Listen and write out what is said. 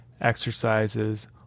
exercises